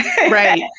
right